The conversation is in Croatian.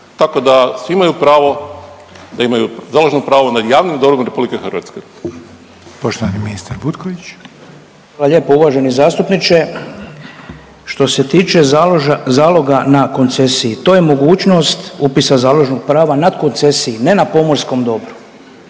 tako da svi imaju pravo da imaju založno pravo nad javnim dobrom RH. **Reiner, Željko (HDZ)** Poštovani ministar Butković. **Butković, Oleg (HDZ)** Hvala lijepa uvaženi zastupniče. Što se tiče zaloga na koncesije to je mogućnost upisa založnog prava na koncesiji ne na pomorskom dobru.